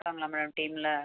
வருவாங்களா மேடம் டீம்மில